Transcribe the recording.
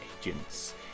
agents